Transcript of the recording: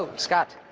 ah scott.